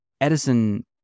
Edison